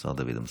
השר דוד אמסלם.